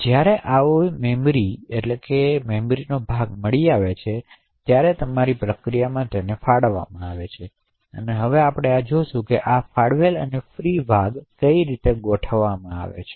જ્યારે આવી જથ્થો મળી આવે છે તે પછી તે તમારી પ્રક્રિયામાં તે ભાગની ફાળવણી કરશે તેથી હવે આપણે જોશું કે આ ફાળવેલ અને ફ્રી ભાગોને કેવી રીતે ગોઠવવામાં આવી છે